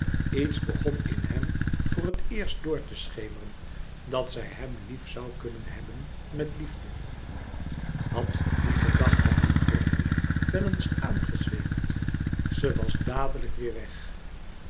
iets begon in hem voor het eerst door te schemeren dat zij hem lief zoû kunnen hebben met liefde had die gedachte hem vroeger wel eens aangezweemd ze was dadelijk weêr weg